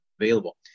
available